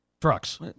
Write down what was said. Trucks